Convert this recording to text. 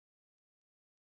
oh no